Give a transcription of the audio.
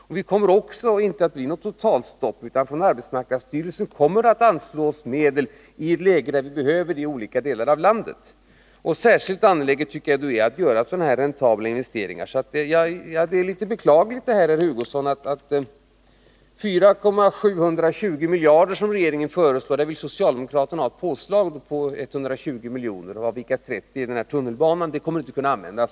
Det kommer inte att bli något totalstopp, för från arbetsmarknadsstyrelsen kommer det att anslås medel i ett läge då vi behöver det i olika delar av landet. Särskilt angeläget tycker jag det är att göra sådana här räntabla investeringar. Det är litet beklagligt det här, herr Hugosson. 4 720 miljoner föreslår regeringen, och där vill socialdemokraterna ha ett påslag på 120 miljoner, av vilka 30 gäller tunnelbanan — de kommer inte att kunna användas.